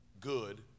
good